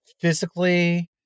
physically